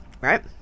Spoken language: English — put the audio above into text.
right